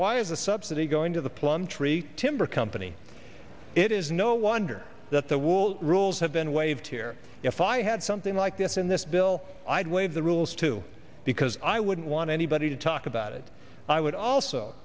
was a subsidy going to the plum tree timber company it is no wonder that the wool rules have been waived here if i had something like this in this bill i'd waive the rules too because i wouldn't want anybody to talk about it i would also